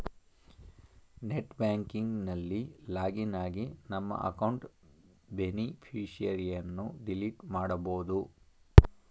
net banking ನಲ್ಲಿ login ಆಗಿ ನಮ್ಮ ಅಕೌಂಟ್ ಬೇನಿಫಿಷರಿಯನ್ನು ಡಿಲೀಟ್ ಮಾಡಬೋದು